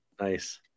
nice